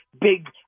big